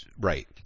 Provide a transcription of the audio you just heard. right